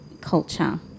culture